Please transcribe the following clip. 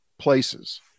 places